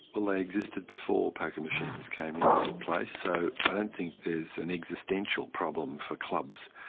well, they existed before poker machines came into play, so i don't think there's an existential problem for clubs.